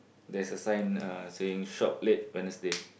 there's a sign uh saying shop late Wednesday